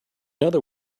other